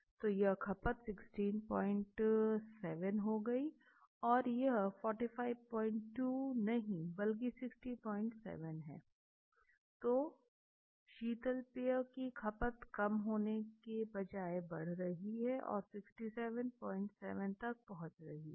तो यह खपत 167 हो जाती है और यह 452 नहीं बल्कि 607 है तो शीतल पेय की खपत कम होने के बजाय बढ़ रही है और 677 तक पहुंच रही है